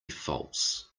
false